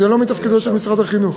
זה לא מתפקידו של משרד החינוך.